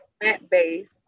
plant-based